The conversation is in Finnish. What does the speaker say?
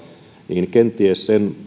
niin kenties sen